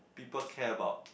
people care about